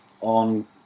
on